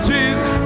Jesus